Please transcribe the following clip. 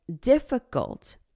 difficult